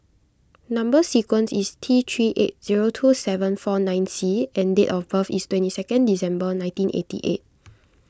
Number Sequence is T three eight zero two seven four nine C and date of birth is twenty second December nineteen eighty eight